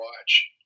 watch